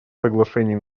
соглашений